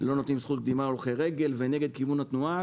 לא נותנים זכות קדימה להולכי רגל ונוהגים נגד כיוון התנועה.